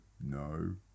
no